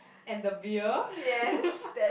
and the beer